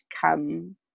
come –